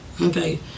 Okay